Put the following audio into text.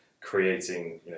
creating